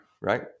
right